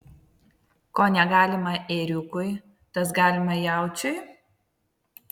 ko negalima ėriukui tas galima jaučiui